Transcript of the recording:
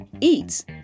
eats